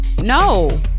no